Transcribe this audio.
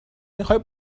میخوای